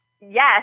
Yes